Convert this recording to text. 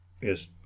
yes